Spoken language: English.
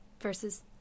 versus